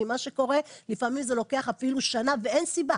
כי מה שקורה לפעמים זה לוקח שנה ואין סיבה,